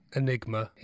enigma